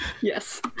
Yes